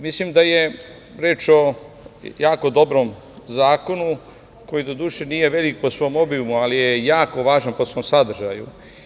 Mislim da je reč o jako dobrom zakonu, koji doduše, nije veliki po svom obimu, ali je jako važan po svom sadržaju.